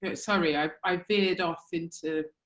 but sorry, i i veered off into